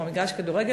כמו מגרש כדורגל,